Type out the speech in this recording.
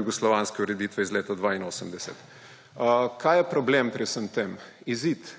jugoslovanske ureditve iz leta 1982. Kaj je problem pri vsem tem? Izid